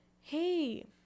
Hey